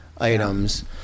items